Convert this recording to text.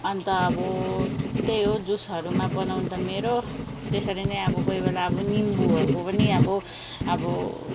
अन्त अब त्यही हो जुसहरूमा बनाउँदा मेरो त्यसरी नै अब कोही बेला अब निम्बुहरूको पनि अब अब